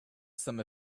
some